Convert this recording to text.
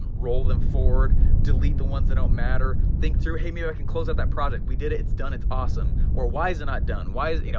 roll them forward, delete the ones that don't matter think through, hey maybe i can close up that project, we did it, it's done, it's awesome or why is it not done, why is it, you know